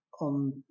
on